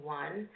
one